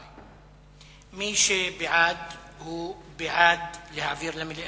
מי שבעד הוא בעד להעביר למליאה,